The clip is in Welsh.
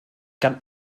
gan